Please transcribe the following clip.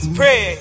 pray